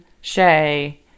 Shay